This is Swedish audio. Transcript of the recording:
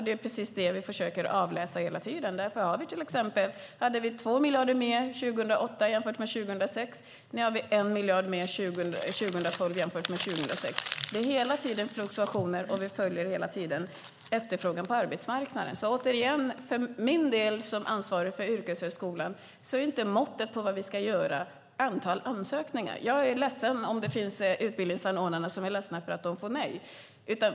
Det är precis det vi försöker avläsa hela tiden. Vi hade till exempel 2 miljarder mer 2008 jämfört med 2006. Nu har vi 1 miljard mer 2012 jämfört med 2006. Det är hela tiden fluktuationer, och vi följer hela tiden efterfrågan på arbetsmarknaden. För min del som ansvarig för yrkeshögskolan är inte måttet på vad vi ska göra antalet ansökningar. Jag är ledsen om det finns utbildningsanordnare som är ledsna för att de har fått nej.